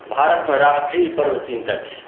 भारतमे राष्ट्रीय पर्व तीन टा छै